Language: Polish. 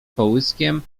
połyskiem